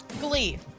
Glee